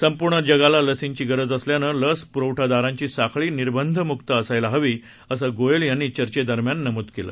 संपूर्ण जगाला लसींची गरज असल्यानं लस प्रवठादारांची साखळी निर्बंधम्क्त असायला हवी असं गोयल यांनी चर्चेदरम्यान नमूद केलं